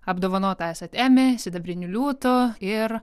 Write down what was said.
apdovanota esate emmy sidabriniu liūtu ir